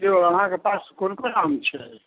कि औ अहाँके पास कोन कोन आम छै